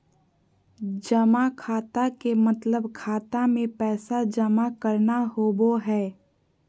जमा खाता के मतलब खाता मे पैसा जमा करना होवो हय